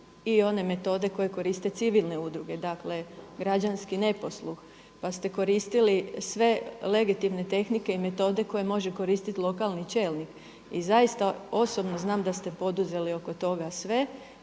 i one metode koje koriste civilne udruge, dakle građanski neposluh, pa ste koristili sve legitimne tehnike i metode koje može koristiti lokalni čelnik. I zaista osobno znam da ste poduzeli oko toga sve